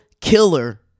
killer